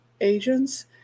agents